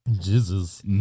Jesus